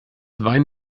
wein